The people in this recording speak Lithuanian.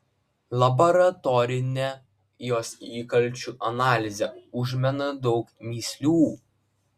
laboratorinė jos įkalčių analizė užmena daug mįslių